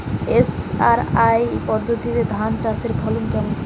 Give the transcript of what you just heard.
SRI পদ্ধতিতে ধান চাষের ফলন কেমন?